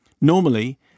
Normally